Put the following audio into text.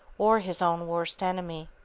or his own worst enemy.